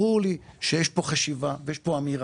ברור לי שיש פה חשיבה, שיש פה אמירה.